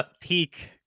peak